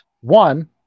one